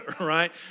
right